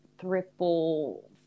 triple